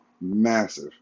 massive